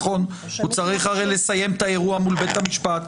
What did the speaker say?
הוא צריך הרי לסיים את האירוע מול בית המשפט.